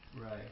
Right